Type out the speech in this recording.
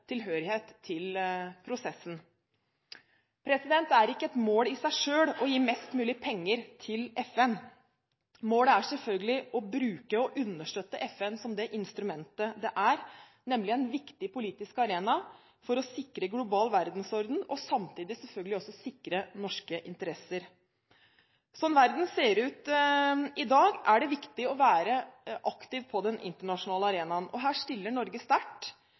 tilhørighet til prosessen. Det er ikke et mål i seg selv å gi mest mulig penger til FN. Målet er selvfølgelig å bruke og understøtte FN som det instrumentet det er – nemlig en viktig politisk arena for å sikre global verdensorden, og samtidig selvfølgelig også sikre norske interesser. Sånn verden ser ut i dag, er det viktig å være aktiv på den internasjonale arenaen, og her stiller Norge sterkt.